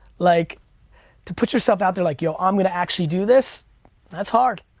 like to put yourself out there like yo i'm gonna actually do this that's hard.